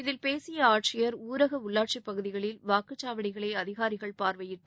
இதில் பேசிய ஆட்சியர் ஊரக உள்ளாட்சிப் பகுதிகளில் வாக்குச்சாவடிகளை அதிகாரிகள் பார்வையிட்டு